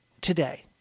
today